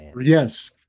Yes